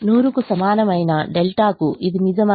100 కు సమానమైన డెల్టాకు ఇది నిజమా